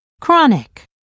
chronic